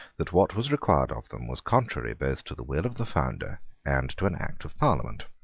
that what was required of them was contrary both to the will of the founder and to an act of parliament.